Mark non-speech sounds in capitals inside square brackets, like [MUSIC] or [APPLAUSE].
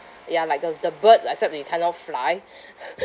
ya like the the bird except we cannot fly [LAUGHS]